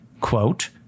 quote